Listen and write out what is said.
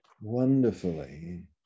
wonderfully